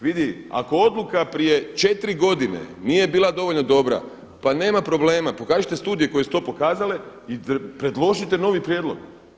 Vidi, ako odluka prije 4 godine nije bila dovoljno dobra, pa nema problema, pokažite studije koje su to pokazale i predložite novi prijedlog.